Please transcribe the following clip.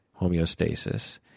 homeostasis